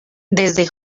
desde